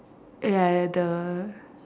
ya ya the